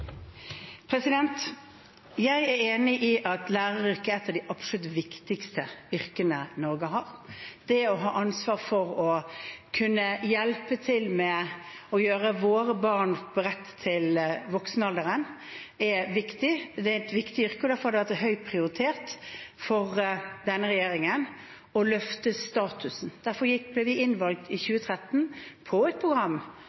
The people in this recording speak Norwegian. Jeg er enig i at læreryrket er et av de absolutt viktigste yrkene Norge har. Det å ha ansvar for å kunne hjelpe til med å gjøre våre barn beredt til voksenalderen, er viktig. Det er et viktig yrke, og derfor har det vært høyt prioritert for denne regjeringen å løfte statusen. Derfor ble vi innvalgt i